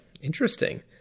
interesting